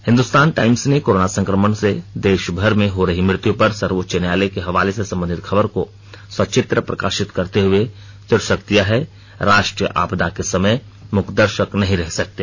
Hindustan Times ने corona संक्रमण से देशभर में हो रही मृत्यु पर सर्वोच्च न्यायालय के हवाले से संबंधित खबर को सचित्र प्रकाशित करते हुए शीर्षक दिया है राष्ट्रीय आपदा के समय मूकदर्शक नहीं रह सकते